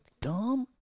dumb